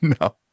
no